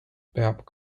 peab